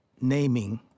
naming